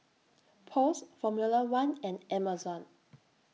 Post Formula one and Amazon